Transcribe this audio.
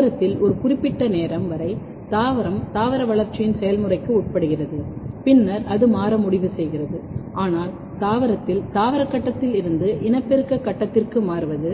தாவரத்தில் ஒரு குறிப்பிட்ட நேரம் வரை தாவரம் தாவர வளர்ச்சியின் செயல்முறைக்கு உட்படுகிறது பின்னர் அது மாற முடிவு செய்கிறது ஆனால் தாவரத்தில் தாவர கட்டத்தில் இருந்து இனப்பெருக்க கட்டத்திற்கு மாறுவது